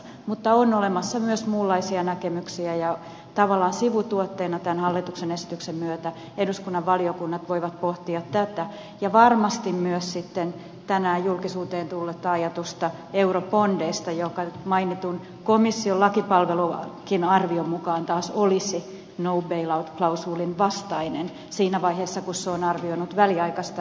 mutta on olemassa myös muunlaisia näkemyksiä ja tavallaan sivutuotteena tämän hallituksen esityksen myötä eduskunnan valiokunnat voivat pohtia tätä ja varmasti myös sitten tänään julkisuuteen tullutta ajatusta eurobondeista joka mainitun komission lakipalvelunkin arvion mukaan taas olisi no bail out klausuulin vastainen näin siinä vaiheessa kun se on arvioinut väliaikaista rahastoa